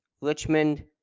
Richmond